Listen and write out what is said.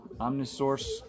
Omnisource